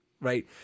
right